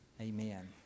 Amen